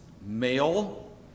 male